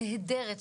נהדרת,